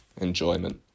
enjoyment